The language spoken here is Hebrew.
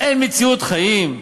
אין מציאות חיים,